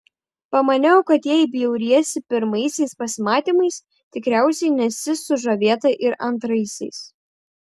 pamaniau kad jei bjauriesi pirmaisiais pasimatymais tikriausiai nesi sužavėta ir antraisiais